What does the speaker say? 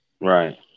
right